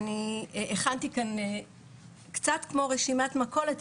הכנתי כאן קצת כמו רשימת מכולת,